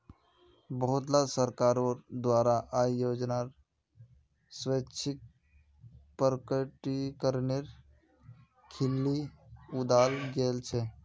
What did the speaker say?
बहुतला सरकारोंर द्वारा आय योजनार स्वैच्छिक प्रकटीकरनेर खिल्ली उडाल गेल छे